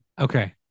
Okay